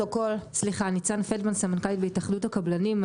--- אני סמנכ"לית בהתאחדות הקבלנים.